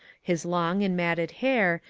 his long and matted hair,